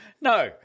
No